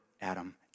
Adam